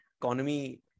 economy